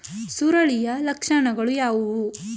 ಸುರುಳಿಯ ಲಕ್ಷಣಗಳು ಯಾವುವು?